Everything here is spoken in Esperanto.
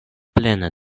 plena